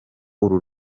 uru